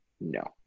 no